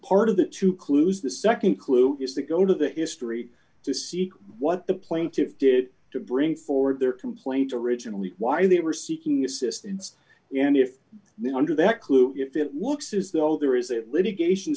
part of the two clues the nd clue is to go into the history to see what the plaintiffs did to bring forward their complaint originally why they were seeking assistance and if not under that clue if it looks as though there is a litigation